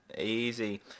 Easy